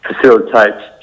facilitates